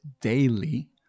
daily